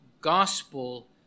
gospel